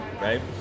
right